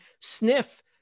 sniff